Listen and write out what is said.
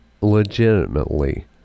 legitimately